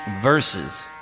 verses